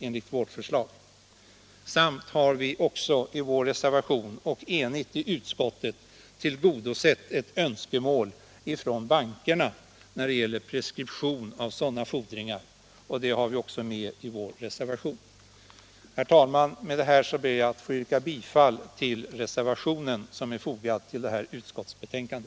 Vi har också i reservationen — och där är utskottet enigt — tillgodosett ett önskemål från bankerna när det gäller preskription av sådana fordringar. Herr talman! Med detta ber jag att få yrka bifall till den reservation som är fogad till detta utskottsbetänkande.